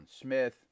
Smith